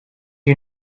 you